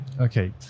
okay